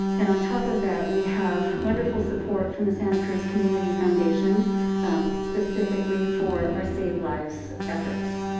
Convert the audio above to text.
and on top of that, we have wonderful support from the santa cruz community foundation specifically for our save lives efforts.